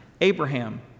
Abraham